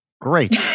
Great